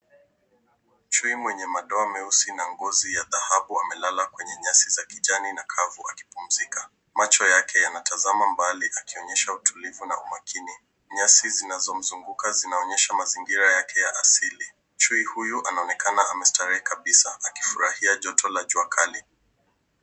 Chui mwenye madoa meusi na ngozi ya dhahabu amelala kwenye nyasi za kijani na kavu akipumzika. Macho yake yanatazama mbali akionyesha utulivu na umakini, Nyasi zinazomzunguka zinaonyesha mazingira yake ya asili. Chui huyu anaonekana amestarehe kabisa akifurahia joto la jua kali.